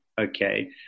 Okay